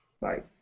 Bye